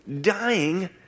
dying